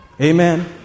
amen